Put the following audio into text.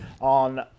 on